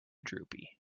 droopy